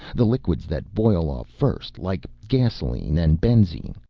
the liquids that boil off first like gasoline and benzene.